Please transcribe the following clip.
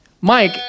Mike